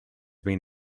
been